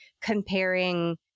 comparing